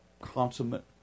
consummate